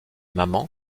maman